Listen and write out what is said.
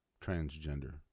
transgender